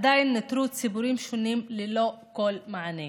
עדיין נותרו ציבורים שלמים ללא כל מענה.